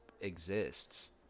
exists